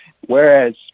whereas